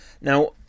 Now